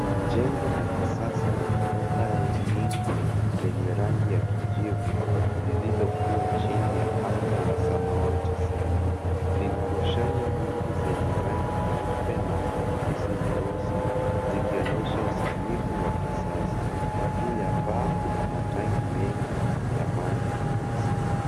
Jengo la kisasa la ghorofa nyingi lenye rangi ya kijivu, lililokuwa chini ya anga la samawati safi. Lina roshani nyingi zenye rangi nyeupe na matusi meusi, zikionyesha usanifu wa kisasa. Juu ya paa kuna matanki mengi ya maji meusi.